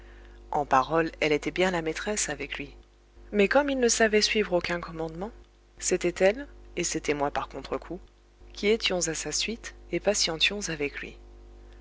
en paroles elle était bien la maîtresse avec lui mais comme il ne savait suivre aucun commandement c'était elle et c'était moi par contre-coup qui étions à sa suite et patientions avec lui